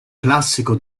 classico